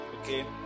okay